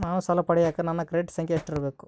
ನಾನು ಸಾಲ ಪಡಿಯಕ ನನ್ನ ಕ್ರೆಡಿಟ್ ಸಂಖ್ಯೆ ಎಷ್ಟಿರಬೇಕು?